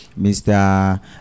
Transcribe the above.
mr